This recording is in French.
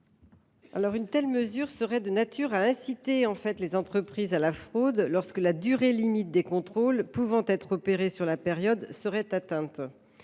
Une telle mesure serait de nature à inciter les entreprises à la fraude lorsque la durée limite des contrôles pouvant être effectués au cours de la période serait atteinte.